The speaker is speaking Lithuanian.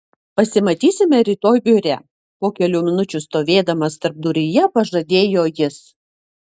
pasimatysime rytoj biure po kelių minučių stovėdamas tarpduryje pažadėjo jis